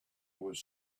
was